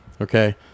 okay